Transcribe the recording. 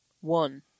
one